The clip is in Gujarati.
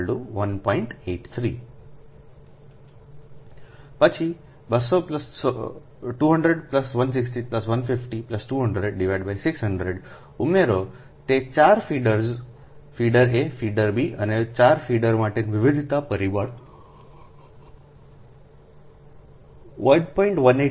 83 પછી 200 160 150 200 600 ઉમેરો તે ચાર feeders feeder A feeder B અને 4 ફીડર માટે વિવિધતા પરિબળ 1